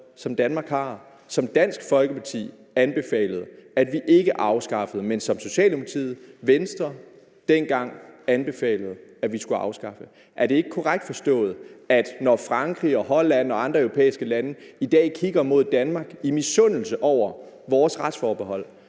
som Danmark har, og som Dansk Folkeparti anbefalede at vi ikke afskaffede, men som Socialdemokratiet og Venstre dengang anbefalede at vi skulle afskaffe. Er det ikke korrekt forstået, at når Frankrig, Holland og andre europæiske lande i dag kigger mod Danmark i misundelse over vores retsforbehold,